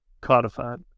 codified